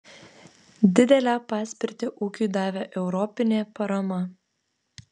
didelę paspirtį ūkiui davė europinė parama